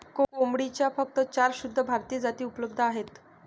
कोंबडीच्या फक्त चार शुद्ध भारतीय जाती उपलब्ध आहेत